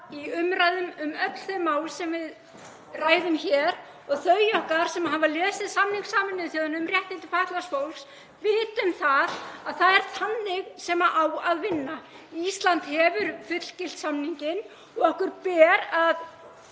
í umræðum um öll þau mál sem við ræðum hér og þau okkar sem hafa lesið samning Sameinuðu þjóðanna um réttindi fatlaðs fólks vita að það er þannig sem á að vinna. Ísland hefur fullgilt samninginn og okkur ber að